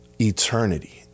eternity